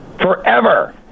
forever